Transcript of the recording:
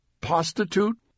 prostitute